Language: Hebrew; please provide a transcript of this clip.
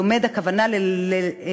הלומד, הכוונה למלמד,